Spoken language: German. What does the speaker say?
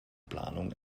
planung